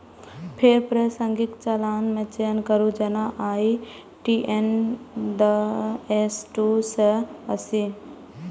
फेर प्रासंगिक चालान के चयन करू, जेना आई.टी.एन.एस दू सय अस्सी